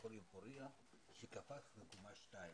בבית-החולים פוריה שקפץ מקומה שנייה.